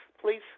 please